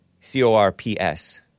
C-O-R-P-S